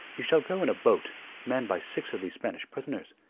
you shall go in a boat manned by six of these spanish prisoners,